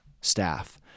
staff